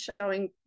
showing